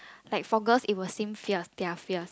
like for girls it will seem fierce they're fierce